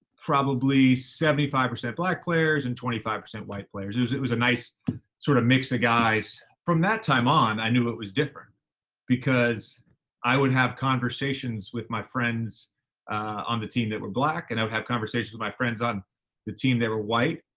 probably seventy five percent black players and twenty five percent white players. it was, it was a nice sort of mix of guys. from that time on, i knew it was different because i would have conversations with my friends on the team that were black. and i would have conversations with my friends on the team that were white,